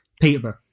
Peterborough